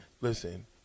Listen